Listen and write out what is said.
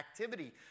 activity